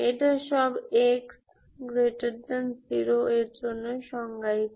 এটা সব x0 এর জন্যই সংজ্ঞায়িত